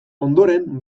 ondoren